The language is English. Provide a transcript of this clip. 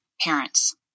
parents